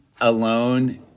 alone